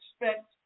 expect